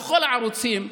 בכל הערוצים,